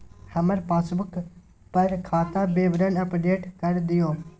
हमर पासबुक पर खाता विवरण अपडेट कर दियो